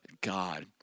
God